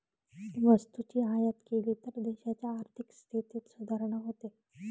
वस्तूची आयात केली तर देशाच्या आर्थिक स्थितीत सुधारणा होते